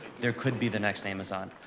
there could be the next amazon.